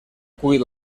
cull